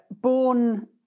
born